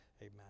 amen